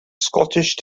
scottish